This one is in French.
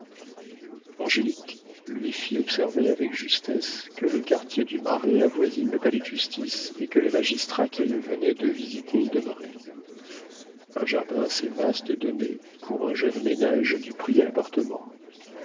angélique lui fit observer avec justesse que le quartier du marais avoisine le palais de justice et que les magistrats qu'ils venaient de visiter y demeuraient un jardin assez vaste donnait pour un jeune ménage du prix à l'appartement